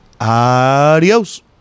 Adios